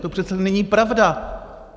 To přece není pravda.